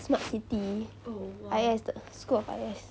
smart city I_S 的 school of I_S